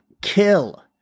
kill